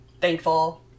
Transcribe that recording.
thankful